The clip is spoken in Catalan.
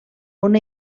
una